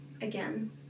again